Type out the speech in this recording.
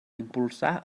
impulsar